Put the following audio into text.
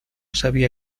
sabía